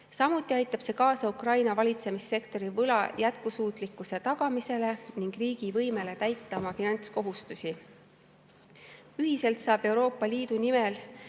Samuti aitab see kaasa Ukraina valitsemissektori võla jätkusuutlikkuse tagamisele ning riigi võimele täita oma finantskohustusi. Ühiselt saab Euroopa Liidu nimel